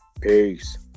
peace